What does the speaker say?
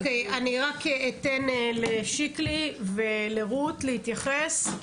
רק אתן לשיקלי ולרות להתייחס,